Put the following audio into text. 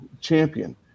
champion